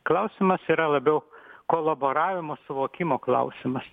klausimas yra labiau kolaboravimo suvokimo klausimas